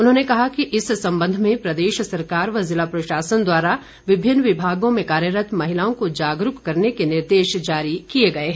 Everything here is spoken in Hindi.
उन्होंने कहा कि इस संबंध में प्रदेश सरकार व ज़िला प्रशासन द्वारा विभिन्न विभागों में कार्यरत महिलाओं को जागरूक करने के निर्देश जारी कर दिए गए हैं